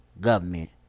government